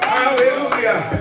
Hallelujah